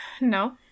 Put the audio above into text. No